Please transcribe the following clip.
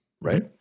right